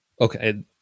okay